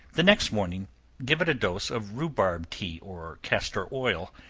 the next morning give it a dose of rhubarb tea or castor oil,